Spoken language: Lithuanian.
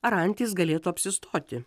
ar antys galėtų apsistoti